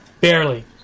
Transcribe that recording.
Barely